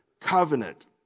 covenant